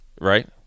right